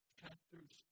chapters